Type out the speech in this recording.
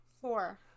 Four